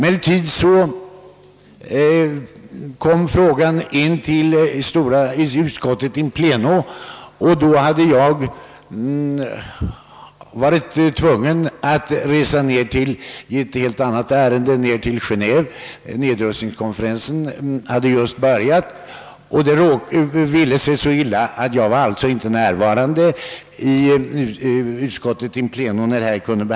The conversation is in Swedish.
Emellertid blev jag tvungen att i ett helt annat ärende resa ned till Geneve — nedrustningskonferensen hade just börjat — och det ville sig så illa, att jag när denna fråga kom upp i utskottet in pleno inte var närvarande.